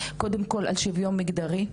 קודם כל על שיוויון מגדרי,